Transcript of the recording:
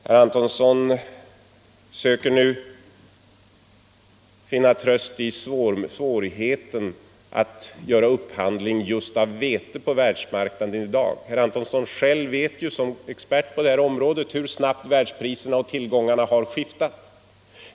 Herr Antonsson söker nu finna tröst i svårigheten att just i dag handla upp vete på världsmarknaden. Herr Antonsson vet ju som expert på detta område hur snabbt världsmarknadspriserna och tillgångarna skiftar.